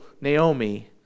Naomi